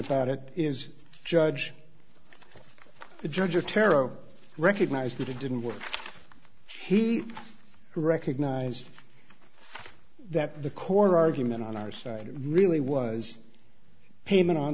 about it is judge the judge or tero recognized that it didn't work he recognized that the core argument on our side really was payment on